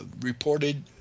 reported